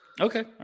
Okay